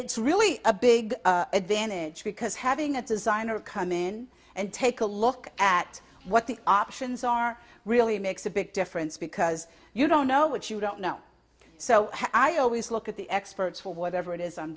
it's really a big advantage because having a designer come in and take a look at what the options are really makes a big difference because you don't know what you don't know so i always look at the experts for whatever it is i'm